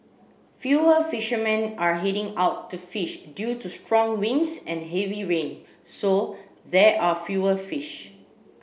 fewer fishermen are heading out to fish due to strong winds and heavy rain so there are fewer fish